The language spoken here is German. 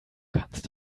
kannst